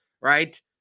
right